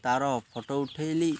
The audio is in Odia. ତା'ର ଫଟୋ ଉଠେଇଲି